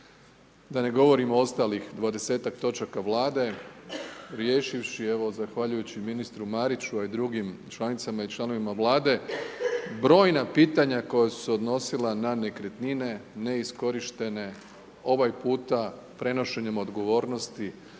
Da ne govorimo o ostalih 20-tak točaka Vlade riješivši evo, zahvaljujući ministru Mariću a i drugim članicama i članovima Vlade. Brojna pitanja koja su se odnosila na nekretnine, neiskorištene, ovaj puta prenošenjem odgovornosti